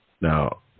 Now